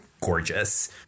gorgeous